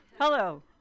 Hello